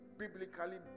Biblically